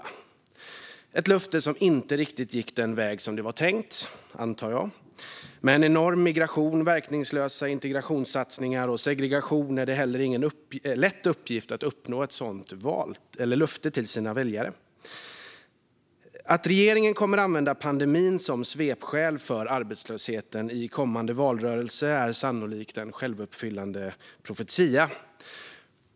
Det var ett löfte som inte riktigt gick den väg det var tänkt, antar jag. Med en enorm migration, verkningslösa integrationssatsningar och segregation är det heller ingen lätt uppgift att uppfylla ett sådant löfte till sina väljare. Att regeringen kommer att använda pandemin som svepskäl för arbetslösheten i kommande valrörelse är en profetia som med all sannolikhet kommer att gå i uppfyllelse.